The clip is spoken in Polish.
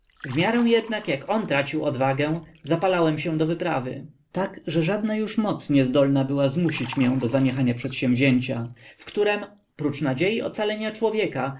miarę jednak jak on tracił odwagę zapalałem się do wyprawy tak że żadna już moc niezdolna była zmusić mię do zaniechania przedsięwzięcia w którem prócz nadziei ocalenia człowieka